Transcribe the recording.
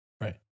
Right